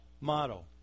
motto